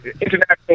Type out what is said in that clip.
International